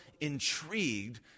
intrigued